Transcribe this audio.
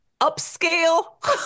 upscale